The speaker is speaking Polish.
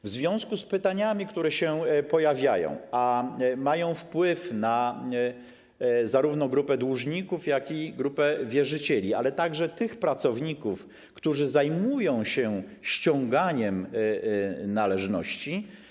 Wiąże się to z pytaniami, które się pojawiają, a mają wpływ zarówno na grupę dłużników, jak i na grupę wierzycieli, ale także tych pracowników, którzy zajmują się ściąganiem należności.